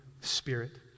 spirit